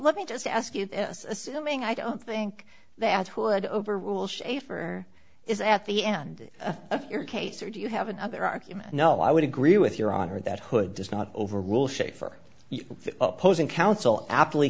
let me just ask you this assuming i don't think that would overrule schaefer is at the end of your case or do you have another argument no i would agree with your honor that hood does not overrule schafer opposing counsel a